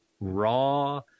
raw